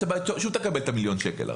הבא היא שוב תקבל את המיליון שקל הרי.